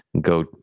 go